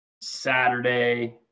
Saturday